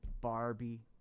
Barbie